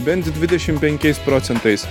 bent dvidešim penkiais procentais